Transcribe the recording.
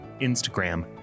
Instagram